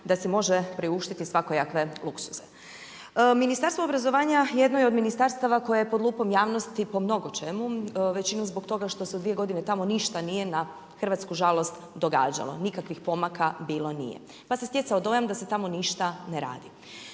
da si može priuštiti svakojake luksuze. Ministarstvo obrazovanja jedno je od ministarstava koje je pod lupom javnosti po mnogo čemu, većinom zbog toga što se u dvije godine tamo ništa nije na hrvatsku žalost događalo, nikakvih pomaka bilo nije. Pa se stjecao dojam da se tamo ništa ne radi.